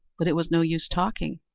but it was no use talking.